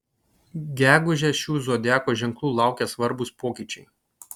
gegužę šių zodiako ženklų laukia svarbūs pokyčiai